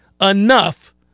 enough